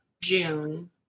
June